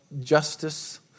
justice